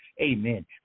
Amen